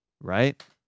Right